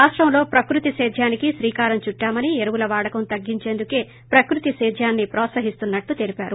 రాష్టంలో ప్రకృతి సేద్యానికి క్రీకారం చుట్టామని ఎరువుల వాడకం తగ్గించేందుకే ప్రకృతి సేద్యాన్ని వ్రోత్సహస్తున్నట్లు తెలిపారు